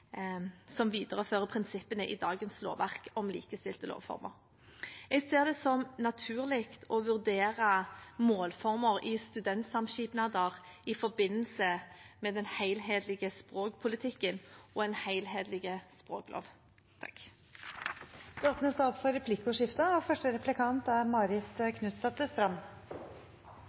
som viderefører prinsippene i dagens lovverk om likestilte målformer. Jeg ser det som naturlig å vurdere målformer i studentsamskipnader i forbindelse med den helhetlige språkpolitikken og en helhetlig språklov.